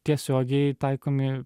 tiesiogiai taikomi